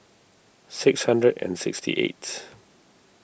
six hundred and sixty eight